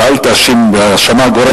ואל תאשים האשמה גורפת.